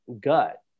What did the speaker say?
gut